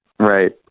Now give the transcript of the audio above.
Right